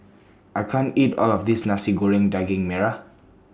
I can't eat All of This Nasi Goreng Daging Merah